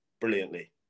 brilliantly